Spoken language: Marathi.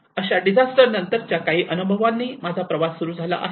अशा डिजास्टर नंतरच्या काही अनुभवांनी माझा प्रवास सुरु झाला आहे